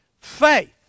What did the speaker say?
faith